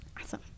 Awesome